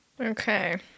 Okay